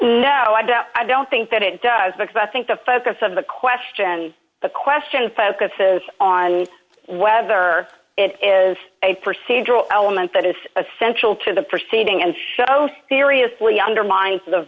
no i doubt i don't think that it does because i think the focus of the question and the question focuses on whether it is a procedural element that is essential to the proceeding and shows seriously undermine the